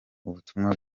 ubutumwa